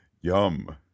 Yum